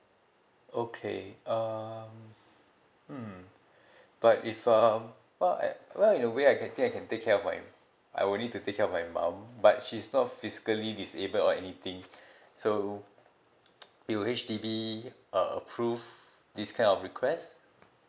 okay um mm but if um what I what in a way I can I think take care of my I will need to take care of my mom but she's not physically disabled or anything so will H_D_B uh approve this kind of request